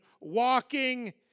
walking